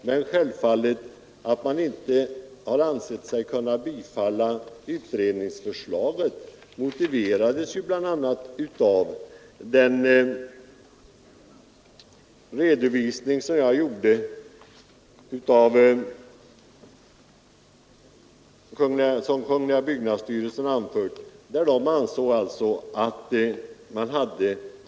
Att utskottet inte kunnat biträda utredningsförslaget motiverades bl.a. av vad kungl. byggnadsstyrelsen anförde och som jag här redovisade.